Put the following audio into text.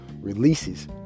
releases